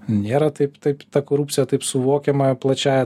nėra taip taip ta korupcija taip suvokiama plačiąja